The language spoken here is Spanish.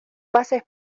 pases